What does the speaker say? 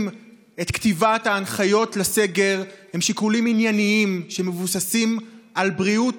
את כתיבת ההנחיות לסגר הם שיקולים ענייניים שמבוססים על בריאות